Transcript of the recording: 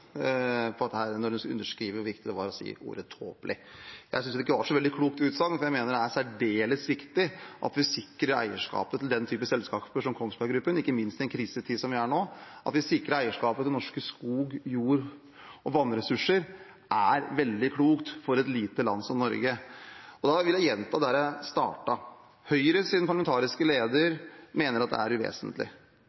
når hun understreker hvor viktig det var å si ordet «tåpelig». Jeg synes ikke det var et så veldig klokt utsagn, for jeg mener det er særdeles viktig at vi sikrer eierskapet til den typen selskaper som Kongsberg Gruppen, ikke minst i en krisetid som vi er i nå. At vi sikrer eierskapet til norske skog-, jord- og vannressurser, er veldig klokt for et lite land som Norge. Og da vil jeg gjenta det jeg startet med: Høyres parlamentariske leder